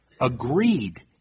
agreed